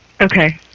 Okay